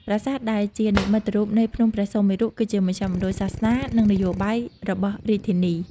ប្រាសាទដែលជានិមិត្តរូបនៃភ្នំព្រះសុមេរុ គឺជាមជ្ឈមណ្ឌលសាសនា និងនយោបាយរបស់រាជធានី។